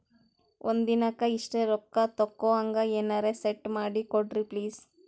ಒಂದಿನಕ್ಕ ಇಷ್ಟೇ ರೊಕ್ಕ ತಕ್ಕೊಹಂಗ ಎನೆರೆ ಸೆಟ್ ಮಾಡಕೋಡ್ರಿ ಪ್ಲೀಜ್?